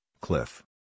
cliff